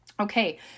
Okay